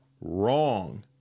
wrong